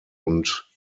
und